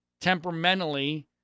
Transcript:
temperamentally